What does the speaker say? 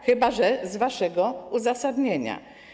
Chyba że z waszego uzasadnienia.